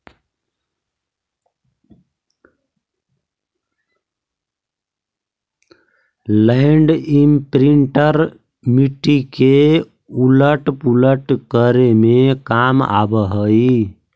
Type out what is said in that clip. land imprinter मिट्टी के उलट पुलट करे में काम आवऽ हई